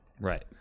Right